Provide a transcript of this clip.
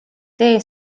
tee